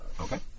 Okay